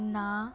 না